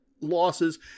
losses